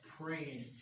praying